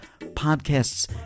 podcasts